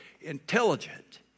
intelligent